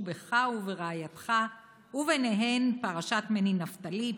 בך וברעייתך וביניהן פרשת מני נפתלי,